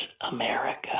America